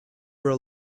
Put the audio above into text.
were